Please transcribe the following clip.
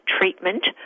treatment